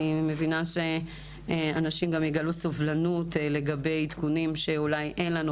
אני מבינה שאנשים גם יגלו סובלנות לגבי עדכונים שאולי אין לנו,